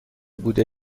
بوده